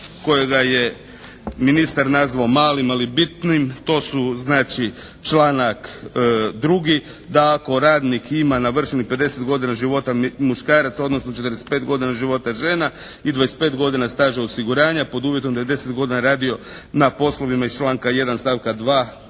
kojega je ministar nazvao malim, ali bitnim. To su znači članak 2. da ako radnik ima navršenih 50 godina života muškarac, odnosno 45 godina života žena i 25 godina staža osiguranja pod uvjetom da je 10 godina radio na poslovima iz članka 1. stavka 2.,